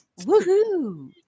woohoo